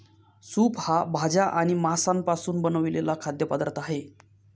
soup हा भाज्या आणि मांसापासून बनवलेला खाद्य पदार्थ आहे